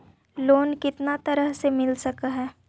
Loan कितना तरह से मिल सक है?